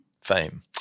fame